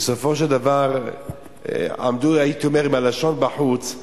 ובסופו של דבר עמדו, הייתי אומר עם הלשון בחוץ,